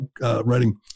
writing